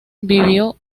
vivió